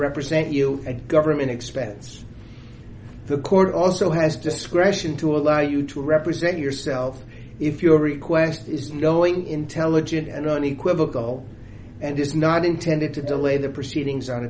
represent you at government expense the court also has discretion to allow you to represent yourself if your request is knowing intelligent and unequivocal and is not intended to delay the proceedings on